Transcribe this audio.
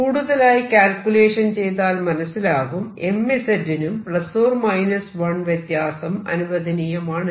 കൂടുതലായി കാൽക്യുലേഷൻ ചെയ്താൽ മനസിലാകും mz നും ∓ 1 വ്യത്യാസം അനുവദനീയമാണെന്ന്